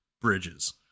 bridges